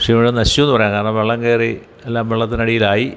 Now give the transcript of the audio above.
കൃഷിയിടം നശിച്ചു എന്ന് പറയാം കാരണം വെള്ളം കയറി എല്ലാം വെള്ളത്തിനടിയിലായി